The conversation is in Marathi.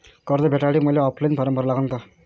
कर्ज भेटासाठी मले ऑफलाईन फारम भरा लागन का?